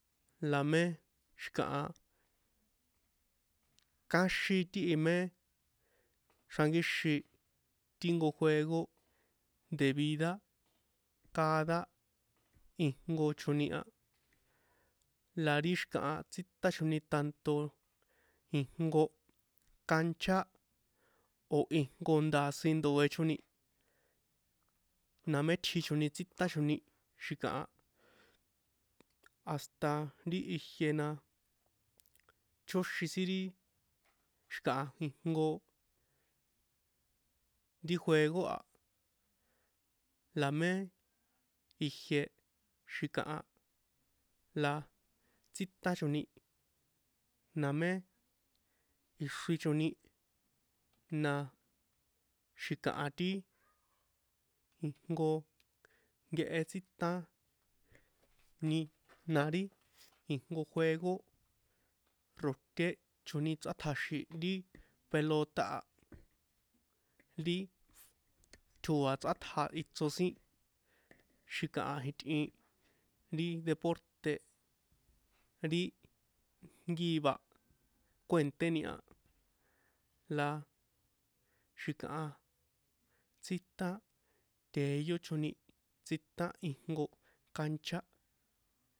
La mé xi̱kaha káxin tíhi mé xrankíxin ti jnko juego de vida cada ijnkochoni a la ri xi̱kaha tsítsachoni tanto ijnko cancha o̱ ijnko nda̱sin ndoe̱choni na mé tji choni tsítachoni xi̱kaha hasta ri ijiena chóxin sin ri xi̱kaha ijnko ri juego a la mé ijie xi̱kaha la tsíotachoni na mé ixrichoni na xi̱kaha ti ijnko nkehe tsítan ni na ri ijnko juego roṭéchoni chrátjaxi̱n ri pelota a ri tjoa̱ chrꞌátja̱ ichro sin xi̱kaha itꞌin ri deporte ri ngiva kuênténi a la xi̱kaha tsíta teyóchoni tsíta ijnko cancha